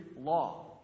law